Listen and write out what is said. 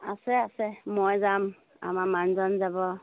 আছে আছে মই যাম আমাৰ মানুজন যাব